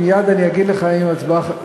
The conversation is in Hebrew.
מייד אגיד לך אם ההצבעה,